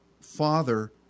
father